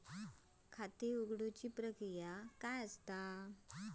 खाता उघडुची प्रक्रिया काय असा?